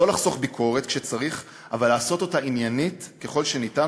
לא לחסוך ביקורת כשצריך אבל לעשות אותה עניינית ככל שניתן,